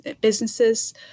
businesses